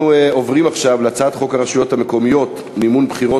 אנחנו עוברים להצעת חוק הרשויות המקומיות (מימון בחירות)